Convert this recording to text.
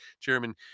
chairman